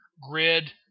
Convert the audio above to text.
Grid